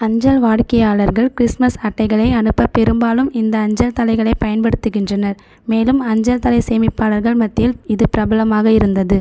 அஞ்சல் வாடிக்கையாளர்கள் கிறிஸ்மஸ் அட்டைகளை அனுப்ப பெரும்பாலும் இந்த அஞ்சல் தலைகளைப் பயன்படுத்துகின்றனர் மேலும் அஞ்சல் தலை சேமிப்பாளர்கள் மத்தியில் இது பிரபலமாக இருந்தது